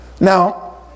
now